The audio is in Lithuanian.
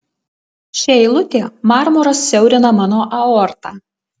ši eilutė marmuras siaurina mano aortą